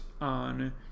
on